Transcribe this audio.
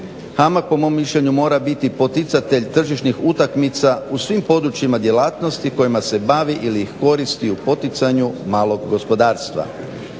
HAMAG po mom mišljenju mora biti poticatelj tržišnih utakmica u svim područjima djelatnosti kojima se bavi ili ih koristi u poticanju malog gospodarstva.